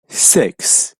six